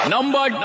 Number